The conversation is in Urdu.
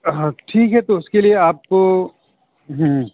ہاں ٹھیک ہے تو اس کے لیے آپ کو ہوں